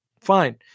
fine